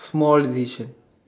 small division